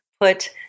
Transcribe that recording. put